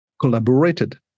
collaborated